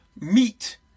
meat